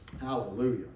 Hallelujah